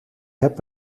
heb